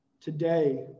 Today